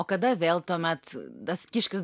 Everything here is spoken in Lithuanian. o kada vėl tuomet tas kiškis